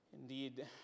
indeed